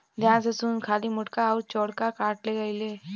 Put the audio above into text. ध्यान से सुन खाली मोटका अउर चौड़का काठ ले अइहे